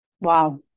Wow